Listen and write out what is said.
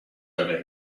over